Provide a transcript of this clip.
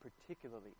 particularly